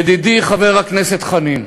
ידידי חבר הכנסת חנין,